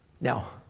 Now